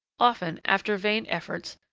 often, after vain efforts,